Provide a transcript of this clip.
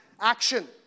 action